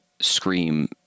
scream